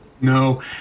no